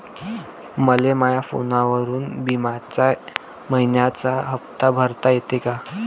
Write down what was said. मले माया फोनवरून बिम्याचा मइन्याचा हप्ता भरता येते का?